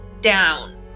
down